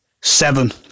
seven